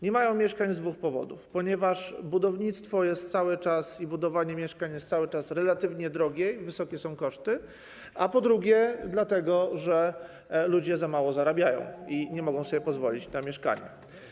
Nie mają mieszkań z dwóch powodów: ponieważ budownictwo, budowanie mieszkań jest cały czas relatywnie drogie, wysokie są koszty, a po drugie, dlatego że ludzie za mało zarabiają i nie mogą sobie pozwolić na mieszkanie.